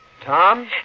Tom